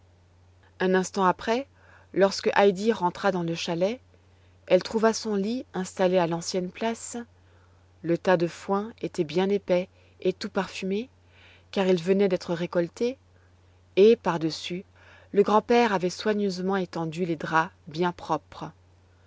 un instant après lorsque heidi rentra dans le chalet elle trouva son lit installé à l'ancienne place le tas de foin était bien épais et tout parfumé car il venait d'être récolté et par-dessus le grande père avait soigneusement étendu les draps bien propres